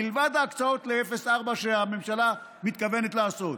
מלבד ההקצאות ל-0 עד 4 קילומטר שהממשלה מתכוונת לעשות.